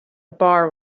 bar